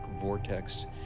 vortex